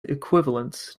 equivalents